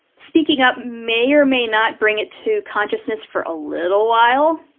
speaking up may or may not bring it to consciousness for a little while,